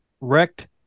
wrecked